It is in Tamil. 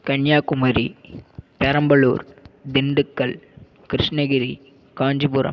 கன்னியாகுமரி பெரம்பலூர் திண்டுக்கல் கிருஷ்ணகிரி காஞ்சிபுரம்